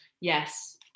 yes